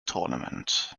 tournament